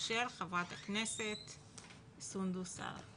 של ח"כ סונדוס סאלח.